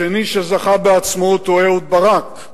השני שזכה בעצמאות הוא אהוד ברק,